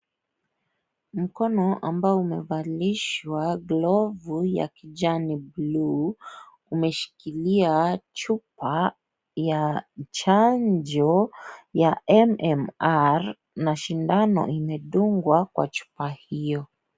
Mkono ambao umevalishwa glovu ya kijani bluu, umeshikilia chupa ya chanjo ya MMR na sindano imedungwa kwa chupa hiyo.